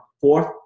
fourth